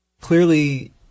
clearly